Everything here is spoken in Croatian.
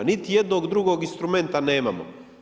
Niti jednog drugog instrumenta nemamo.